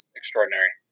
extraordinary